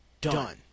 done